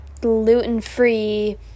gluten-free